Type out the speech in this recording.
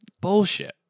Bullshit